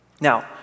Now